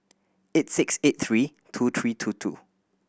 eight six eight three two three two two